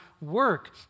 work